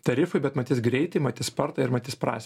tarifui bet matys greitį matys spartą ir matys prasmę